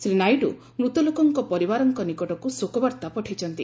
ଶ୍ରୀ ନାଇଡ଼ୁ ମୃତଲୋକଙ୍କ ପରିବାରଙ୍କ ନିକଟକୁ ଶୋକବାର୍ତ୍ତା ପଠାଇଛନ୍ତି